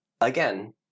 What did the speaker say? Again